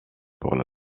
pour